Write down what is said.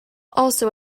also